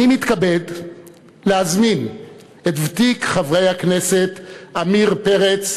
אני מתכבד להזמין את ותיק חברי הכנסת, עמיר פרץ,